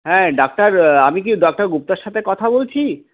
হ্যাঁ ডাক্তার আমি কি ডক্টর গুপ্তার সাথে কথা বলছি